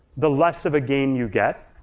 the less of a gain you get.